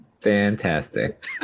fantastic